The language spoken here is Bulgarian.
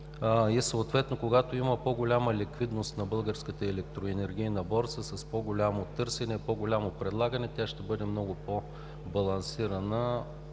Съответно, когато има по-голяма ликвидност на Българската електроенергийна борса с по-голямо търсене, по-голямо предлагане, тя ще бъде много по-балансирана